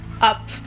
up